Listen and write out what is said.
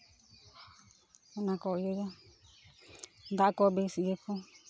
ᱚᱱᱟ ᱠᱚ ᱤᱭᱟᱹ ᱜᱮ ᱫᱟᱜ ᱠᱚ ᱵᱤᱥ ᱤᱭᱟᱹ ᱠᱚ